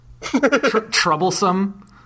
Troublesome